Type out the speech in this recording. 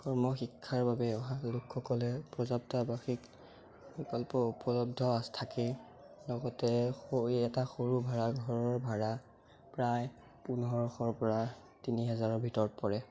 কৰ্ম শিক্ষাৰ বাবে অহা লোকসকলে উপযুক্ত আৱাসিক বিকল্প উপলব্ধ থাকেই লগতে এটা সৰু ভাৰা ঘৰৰ ভাৰা প্ৰায় পোন্ধৰশৰ পৰা তিনি হাজাৰৰ ভিতৰত পৰে